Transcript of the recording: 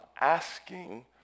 asking